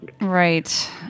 Right